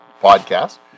podcast